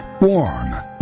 warm